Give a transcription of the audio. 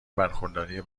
برخورداری